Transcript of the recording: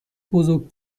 بزرگ